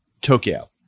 Tokyo